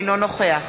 אינו נוכח